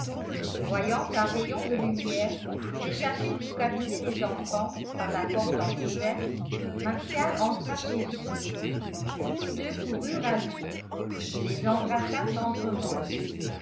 voyant un rayon de lumière s'échapper du cabinet des enfants par la porte entr'ouverte martial entra chez eux tous deux coururent à lui il les embrassa tendrement